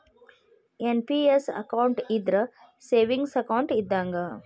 NPS account ಇದ್ರ savings account ಇದ್ದಂಗ